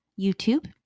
YouTube